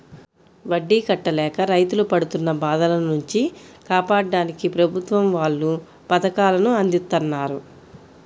వడ్డీ కట్టలేక రైతులు పడుతున్న బాధల నుంచి కాపాడ్డానికి ప్రభుత్వం వాళ్ళు పథకాలను అందిత్తన్నారు